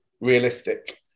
realistic